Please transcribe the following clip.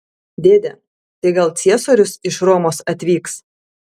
dėde tai gal ciesorius iš romos atvyks